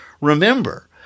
remember